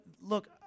look